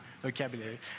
vocabulary